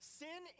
sin